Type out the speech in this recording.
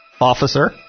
officer